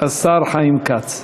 חיים כץ.